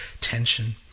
tension